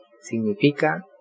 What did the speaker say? Significa